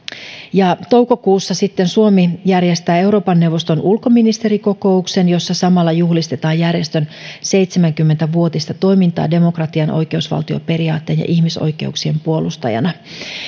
toukokuussa suomi sitten järjestää euroopan neuvoston ulkoministerikokouksen jossa samalla juhlistetaan järjestön seitsemänkymmentä vuotista toimintaa demokratian oikeusvaltioperiaatteen ja ihmisoikeuksien puolustajana